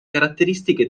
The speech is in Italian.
caratteristiche